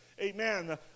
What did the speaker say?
amen